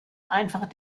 einfach